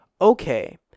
okay